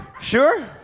sure